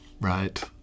right